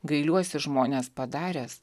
gailiuosi žmones padaręs